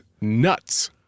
nuts